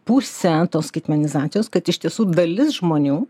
pusę tos skaitmenizacijos kad iš tiesų dalis žmonių